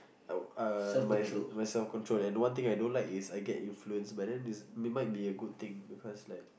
I uh my my self control and one thing I don't like is I get influenced but like it might be a good thing because like